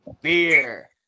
beer